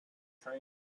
trains